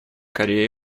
корея